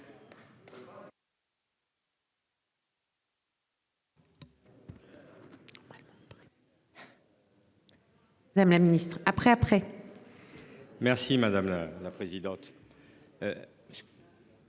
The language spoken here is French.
Madame la ministre, après après. Merci madame la la présidente.